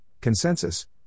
consensus